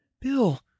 Bill